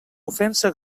ofensa